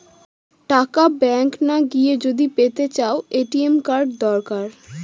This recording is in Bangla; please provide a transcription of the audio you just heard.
টাকা ব্যাঙ্ক না গিয়ে যদি পেতে চাও, এ.টি.এম কার্ড দরকার